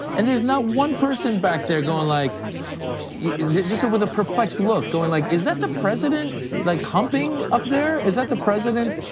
and there's not one person back there, like yeah just with a perplexed look, going like is that the president like humping up there? is that the president?